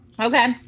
Okay